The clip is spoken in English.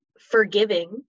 forgiving